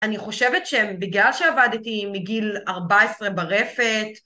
אני חושבת שבגלל שעבדתי מגיל 14 ברפת